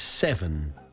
Seven